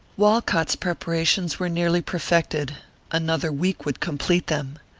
walcott's preparations were nearly perfected another week would complete them.